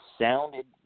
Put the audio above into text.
sounded